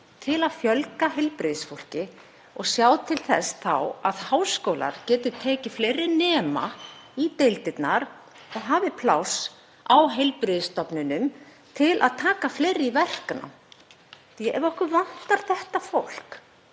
til að fjölga heilbrigðisstarfsfólki og sjá þá til þess að háskólar geti tekið fleiri nema í deildirnar og hafi pláss á heilbrigðisstofnunum til að taka fleiri í verknám. Ef okkur vantar þetta fólk,